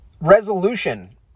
resolution